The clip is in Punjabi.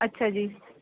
ਅੱਛਾ ਜੀ